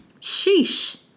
Sheesh